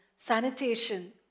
Sanitation